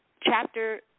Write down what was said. chapter